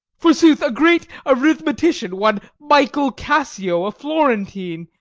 forsooth, a great arithmetician, one michael cassio, a florentine,